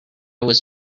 was